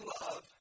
love